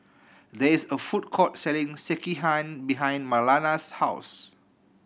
there is a food court selling Sekihan behind Marlana's house